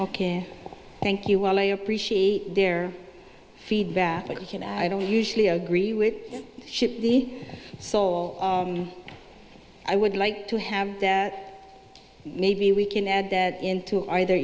ok thank you well i appreciate their feedback but i don't usually agree with ship so i would like to have that maybe we can add that into either